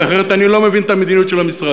כי אחרת אני לא מבין את המדיניות של המשרד שלך.